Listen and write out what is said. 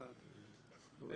הצבעה בעד, פה אחד נגד,